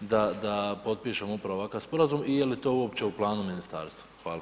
da potpišemo upravo ovakav sporazum i je li to uopće u planu ministarstva?